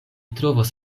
trovos